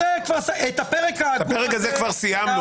את הפרק העגום הזה --- את הפרק הזה כבר סיימנו.